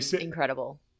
Incredible